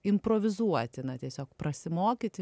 improvizuoti na tiesiog prasimokyti